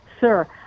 sir